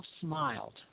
Smiled